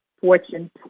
Fortune